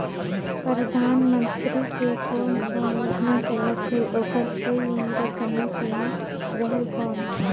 परधानमंतरी के कोन कोन योजना चलत हे ओकर कोई उम्र समय सीमा रेहेल कौन?